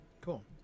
Cool